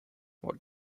what